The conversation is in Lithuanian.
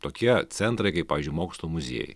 tokie centrai kaip pavyzdžiui mokslo muziejai